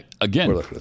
Again